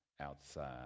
outside